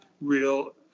real